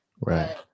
right